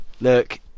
look